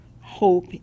hope